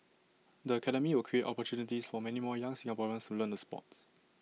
the academy will create opportunities for many more young Singaporeans to learn the Sport